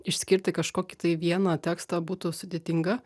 išskirti kažkokį tai vieną tekstą būtų sudėtinga